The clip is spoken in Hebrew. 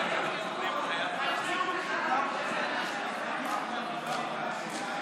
אחרי הדיון המלומד שהיה פה על הרבה מאוד נושאים מרתקים,